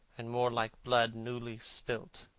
and more like blood newly spilled.